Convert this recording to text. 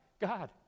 God